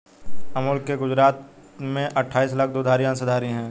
अमूल के गुजरात में अठाईस लाख दुग्धधारी अंशधारी है